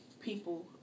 people